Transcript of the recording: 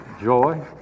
joy